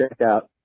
checkout